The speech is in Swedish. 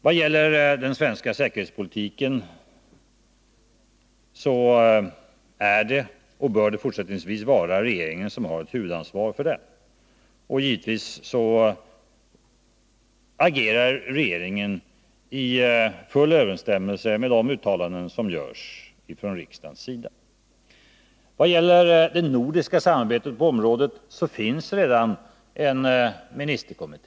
Vad gäller den svenska säkerhetspolitiken så är det, och bör det fortsättningsvis vara, regeringen som har huvudansvaret för den. Givetvis agerar regeringen i full överensstämmelse med de uttalanden som görs från riksdagens sida. Vad gäller det nordiska samarbetet på området finns det redan en ministerkommitté.